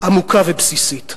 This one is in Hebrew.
עמוקה ובסיסית.